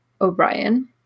O'Brien